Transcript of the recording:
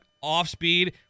off-speed